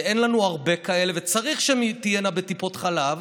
שאין לנו הרבה כאלה וצריך שהן תהיינה בטיפות חלב,